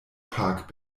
park